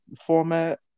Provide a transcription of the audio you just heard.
format